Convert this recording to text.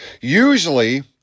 Usually